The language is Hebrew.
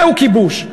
זהו כיבוש.